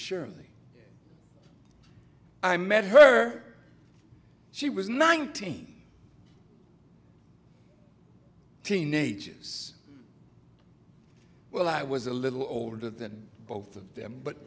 surely i met her she was nineteen teenagers well i was a little older than both of them but